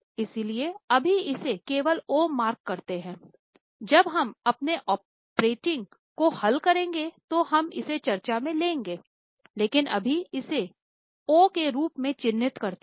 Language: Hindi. इसलिए अभी इसे केवल ओ मार्क करते हैं जब हम अपने ऑपरेटिंग को हल करेंगे तो हम इसे चार्ज में ले लेंगे लेकिन अभी हम इसे ओ के रूप में चिह्नित करते हैं